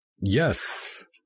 Yes